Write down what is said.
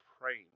praying